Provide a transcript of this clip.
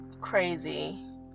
crazy